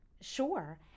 Sure